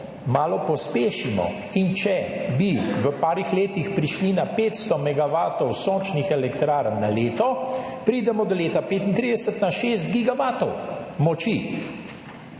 malo pospešimo in če bi v par letih prišli na 500 megavatov sončnih elektrarn na leto, pridemo do leta 2035 na 6 gigavatov moči